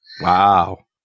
wow